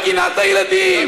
בגינת הילדים.